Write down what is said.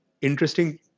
interesting